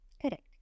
Correct